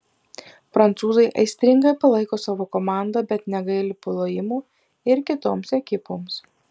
prancūzai aistringai palaiko savo komandą bet negaili plojimų ir kitoms ekipoms